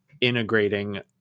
integrating